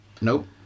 Nope